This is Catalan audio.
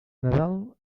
nadal